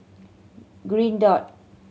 Green Dot